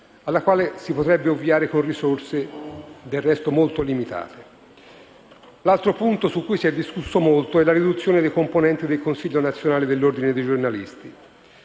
alla quale potrebbe ovviarsi con risorse molto limitate. L'altro punto su cui si è discusso molto è la riduzione dei componenti del Consiglio nazionale dell'Ordine dei giornalisti.